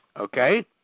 Okay